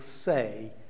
say